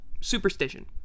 superstition